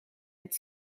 het